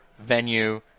venue